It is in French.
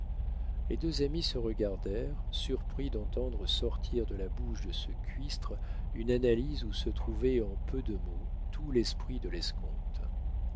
les deux amis se regardèrent surpris d'entendre sortir de la bouche de ce cuistre une analyse où se trouvait en peu de mots tout l'esprit de l'escompte